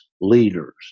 leaders